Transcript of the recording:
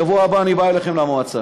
בשבוע הבא אני בא אליכם למועצה.